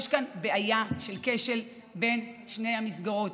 יש כאן בעיה של כשל בין שתי המסגרות,